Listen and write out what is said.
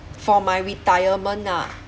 for my retirement ah